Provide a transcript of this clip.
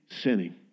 sinning